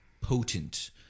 potent